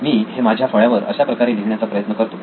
मी हे माझ्या फळ्यावर अशाप्रकारे लिहिण्याचा प्रयत्न करतो